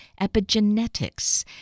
epigenetics